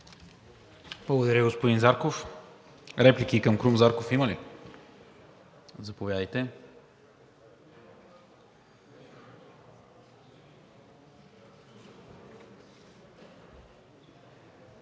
Благодаря, господин Зарков. Реплики към Крум Зарков има ли? Заповядайте.